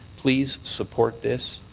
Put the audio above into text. please support this.